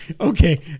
Okay